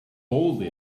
boldly